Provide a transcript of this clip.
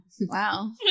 Wow